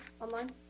online